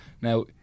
Now